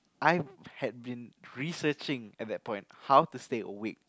I had been researching at that point how to stay awake